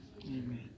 Amen